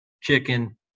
chicken